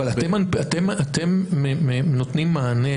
אבל אתם נותנים מענה,